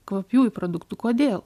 kvapiųjų produktų kodėl